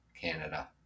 Canada